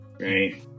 right